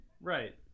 right